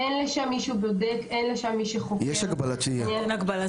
מבלי שיש שם מישהו שבודק --- יש שם הגבלת שהייה.